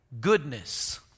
goodness